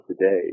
today